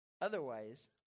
Otherwise